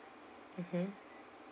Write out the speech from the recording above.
mmhmm